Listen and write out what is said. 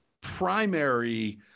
primary